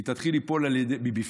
היא תתחיל ליפול מבפנים,